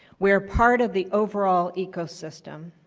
we are part of the overall ecosystem.